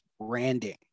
branding